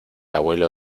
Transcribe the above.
abuelo